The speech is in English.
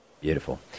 Beautiful